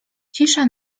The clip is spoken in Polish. cisza